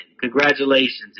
Congratulations